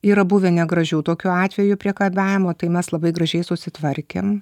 yra buvę negražių tokių atvejų priekabiavimo tai mes labai gražiai susitvarkėm